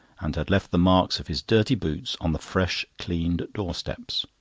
and had left the marks of his dirty boots on the fresh cleaned door-steps.